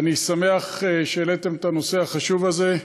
אני שמח שהעליתם את הנושא החשוב הזה,